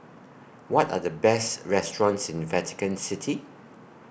What Are The Best restaurants in Vatican City